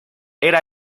era